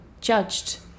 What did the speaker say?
judged